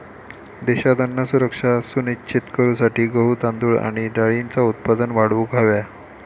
देशात अन्न सुरक्षा सुनिश्चित करूसाठी गहू, तांदूळ आणि डाळींचा उत्पादन वाढवूक हव्या